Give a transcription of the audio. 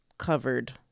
covered